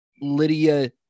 Lydia